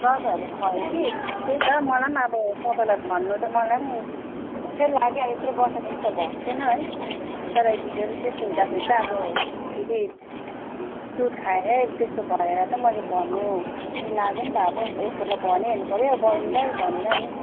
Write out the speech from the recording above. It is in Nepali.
दबैाईहरू खुवाएँ कि त्यही त मलाई पनि अब तपाईँलाई भन्नु त मलाई पनि अप्ठ्यारो लाग्यो त्यत्रो वर्ष त्यस्तो भएको थिएन है तर हिजो त त्यस्तो हुँदाखेरि त अब फेरि दुध खाएरै त्यस्तो भएर त मैले भन्नु उयो लाग्यो नि त अब एकपल्ट भनिहेर्नु पर्यो बहिनीलाई भनेर नि